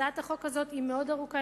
הצעת החוק הזאת היא מאוד ארוכה,